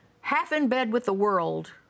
half-in-bed-with-the-world